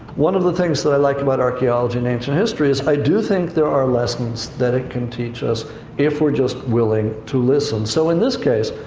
one of the things that i like about archeology and ancient history, is i do think there are lessons that it can teach us if we're just willing to listen. so, in this case,